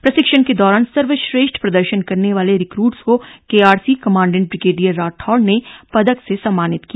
प्रशिक्षण के दौरान सर्वश्रेष्ठ प्रदर्शन करने वाले रिक्रूट्स को केआरसी कमांडेंट ब्रिगेडियर राठौड़ ने पदक से सम्मानित किया